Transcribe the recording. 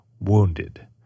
wounded